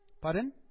Pardon